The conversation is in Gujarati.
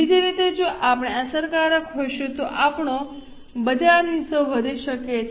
બીજી રીતે જો આપણે અસરકારક હોઈશું તો આપણો બજારહિસ્સો વધી શકે છે